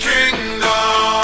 Kingdom